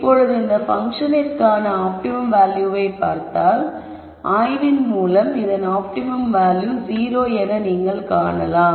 இப்பொழுது இந்த பங்க்ஷனிற்கான ஆப்டிமம் வேல்யூவை பார்த்தால் ஆய்வின் மூலம் இதன் ஆப்டிமம் வேல்யூ 0 என நீங்கள் காணலாம்